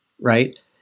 Right